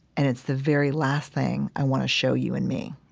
and it's the very last thing i want to show you in me